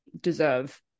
deserve